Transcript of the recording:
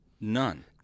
None